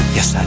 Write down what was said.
Yes